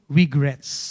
regrets